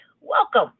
Welcome